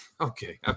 okay